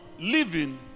living